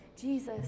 Jesus